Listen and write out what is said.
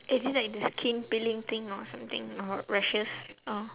is it like the skin peeling thing or something or rashes or